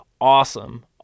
awesome